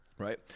Right